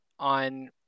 on